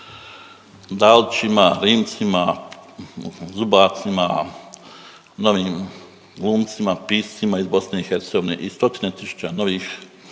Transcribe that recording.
dalćima, rimcima, zubacima, novim glumcima, piscima iz BiH i stotine tisuća novih